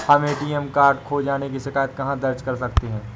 हम ATM card खो जाने की शिकायत कहाँ दर्ज कर सकते हैं?